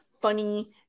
funny